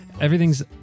Everything's